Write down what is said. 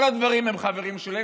בכל הדברים הם חברים שלהם,